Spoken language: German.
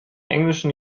englischen